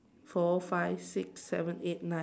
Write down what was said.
four five six seven eight nine